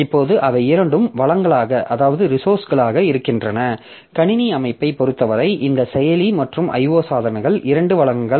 இப்போது அவை இரண்டும் வளங்களாக இருக்கின்றன கணினி அமைப்பைப் பொருத்தவரை இந்த செயலி மற்றும் IO சாதனங்கள் இரண்டும் வளங்கள்